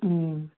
ꯎꯝ